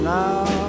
now